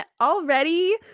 already